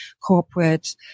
corporate